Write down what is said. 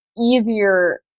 easier